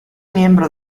miembro